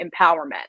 empowerment